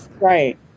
Right